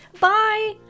Bye